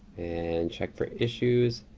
and check for issues.